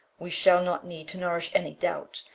we shall not need to nourish any doubt,